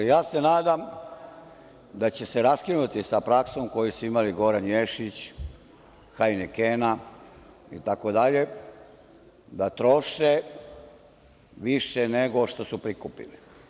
Ja se nadam da će se raskinuti sa praksom koju su imali Goran Ješić, hajnekena, itd, da troše više nego što su prikupili.